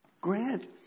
Grant